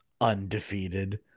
undefeated